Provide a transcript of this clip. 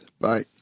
Bye